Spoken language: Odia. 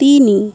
ତିନି